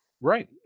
Right